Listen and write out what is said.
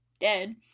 dead